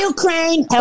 Ukraine